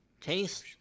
Taste